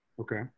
Okay